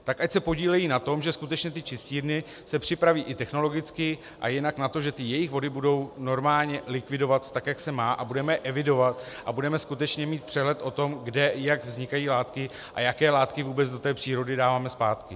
Tak ať se podílejí na tom, že skutečně ty čistírny se připraví i technologicky a jinak na to, že ty jejich vody budou normálně likvidovat tak, jak se má, a budeme je evidovat a budeme skutečně mít přehled o tom, kde a jak vznikají látky a jaké látky vůbec do té přírody dáváme zpátky.